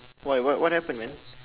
why what what happened man